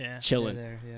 chilling